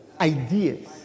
ideas